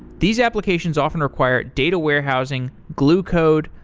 these applications often require data warehousing, glue code,